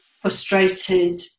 frustrated